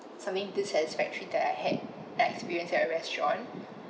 something dissatisfactory that I had bad experience at your restaurant